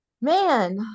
Man